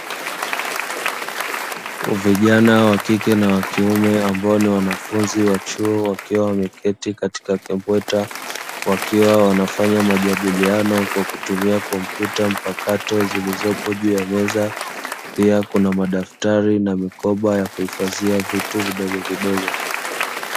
Vijana wa kike na wa kiume ambao ni wanafunzi wa chuo wakiwa wameketi katika kimbweta, wakiwa wanafanya majadiliano kwa kutumia kompyuta mpakato zilizopo juu ya meza, pia kuna madaftari na mikoba ya kuhifadhia vitu vidogo vidogo.